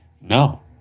no